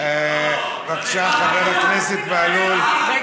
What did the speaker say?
חבר הכנסת בהלול, בבקשה.